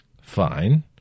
Fine